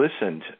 listened